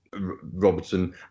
Robertson